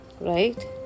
Right